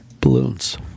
Balloons